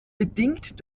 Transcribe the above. bedingt